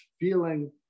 feeling